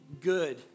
good